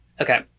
Okay